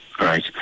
Right